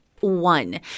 One